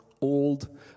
old